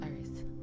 earth